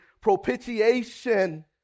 propitiation